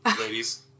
ladies